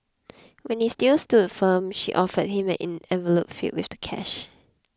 when he still stood firm she offered him an envelope filled with the cash